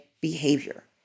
behavior